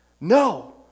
No